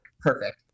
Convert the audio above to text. Perfect